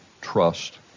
trust